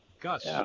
Gus